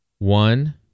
One